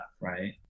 right